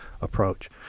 approach